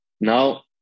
Now